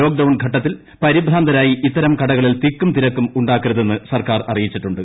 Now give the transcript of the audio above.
lockdown ഘട്ടത്തിൽ പരിഭ്രാന്തരായി ഇത്തരം കടകളിൽ തിക്കും തിരക്കും ഉണ്ടാക്കരുതെന്നും സർക്കാർ അറിയിച്ചിട്ടുണ്ട്